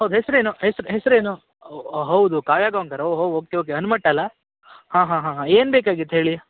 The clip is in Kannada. ಹೌದ ಹೆಸರೇನು ಹೆಸ್ರು ಹೆಸರೇನು ಓ ಹೌದು ಕಾವ್ಯ ಗೌವ್ಕರ್ ಓ ಹೋ ಓಕೆ ಓಕೆ ಹನ್ಮಟ್ಟಲ್ಲಾ ಹಾಂ ಹಾಂ ಹಾಂ ಹಾಂ ಏನು ಬೇಕಾಗಿತ್ತು ಹೇಳಿ